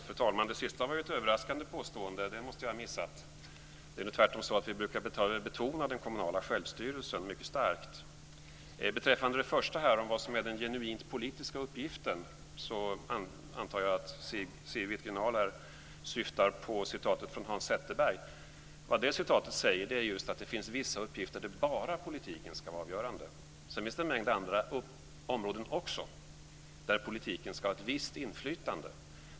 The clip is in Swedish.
Fru talman! Det sista var ett överraskande påstående. Det måste jag ha missat. Det är tvärtom så att vi brukar betona den kommunala självstyrelsen mycket starkt. Beträffande frågan om den genuint politiska uppgiften, antar jag att Siw Wittgren-Ahl syftar på citatet från Hans Zetterberg. I det citatet framgår att det finns vissa uppgifter där det bara är politiken som ska vara avgörande. Sedan finns det en mängd områden också där politiken ska ha ett visst inflytande.